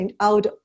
out